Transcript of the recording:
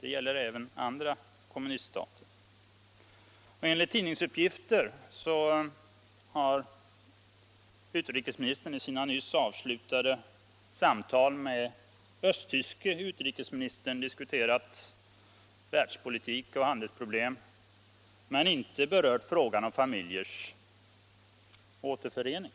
det gäller även andra kommuniststater. Enligt tidningsuppgifter har utrikesministern i sina nyss avslutade samtal med östtyske utrikesministern diskuterat världspolitik och handelsproblem men inte berört frågan om familjers återförening.